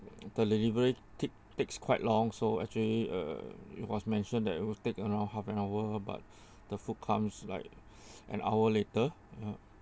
the delivery take takes quite long so actually uh it was mentioned that it will take around half an hour but the food comes like an hour later you know